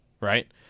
right